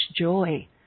joy